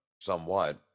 somewhat